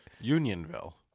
Unionville